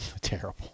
Terrible